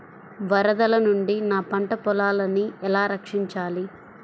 వరదల నుండి నా పంట పొలాలని ఎలా రక్షించాలి?